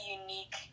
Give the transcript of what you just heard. unique